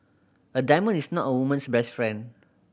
a diamond is not a woman's best friend